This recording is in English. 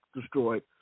destroyed